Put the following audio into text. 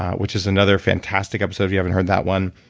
which is another fantastic episode if you haven't heard that one,